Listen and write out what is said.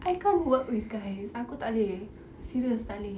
I can't work with guys aku tak boleh serious tak boleh